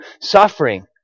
suffering